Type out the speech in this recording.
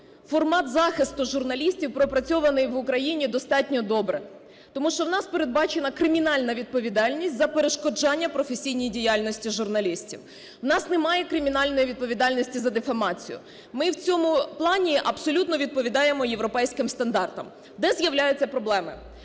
формат захисту журналістів пропрацьований в Україні достатньо добре. Тому що у нас передбачена кримінальна відповідальність за перешкоджання професійній діяльності журналістів. У нас немає кримінальної відповідальності за дифамацію, ми в цьому плані абсолютно відповідаємо європейським стандартам. Де з'являються проблеми?